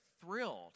thrilled